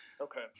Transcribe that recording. Okay